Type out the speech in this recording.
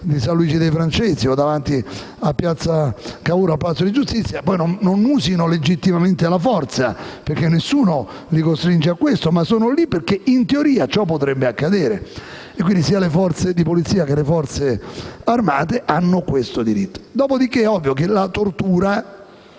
di San Luigi dei Francesi o a piazza Cavour, davanti al Palazzo di giustizia, poi non usino legittimamente la forza, perché nessuno li costringe a questo, ma sono lì perché, in teoria, ciò potrebbe accadere. E, quindi, sia le forze di polizia che le Forze armate hanno questo diritto. È ovvio che la tortura,